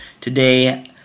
Today